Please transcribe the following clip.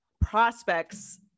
prospects